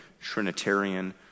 Trinitarian